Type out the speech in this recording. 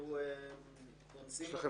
2,000 מטילות.